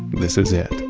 this is it